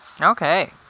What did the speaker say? Okay